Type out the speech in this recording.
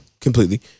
Completely